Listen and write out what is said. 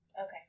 Okay